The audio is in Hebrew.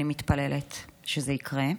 אני מתפללת שזה יקרה.